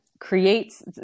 creates